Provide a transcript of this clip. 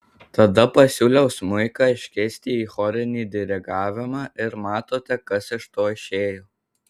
tada pasiūliau smuiką iškeisti į chorinį dirigavimą ir matote kas iš to išėjo